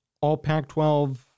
All-Pac-12